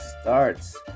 starts